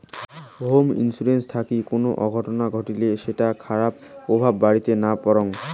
home insurance থাকিল কুনো অঘটন ঘটলি সেটার খারাপ প্রভাব বাড়িতে না পরাং